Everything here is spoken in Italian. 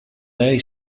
lei